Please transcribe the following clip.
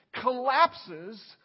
collapses